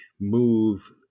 move